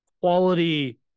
quality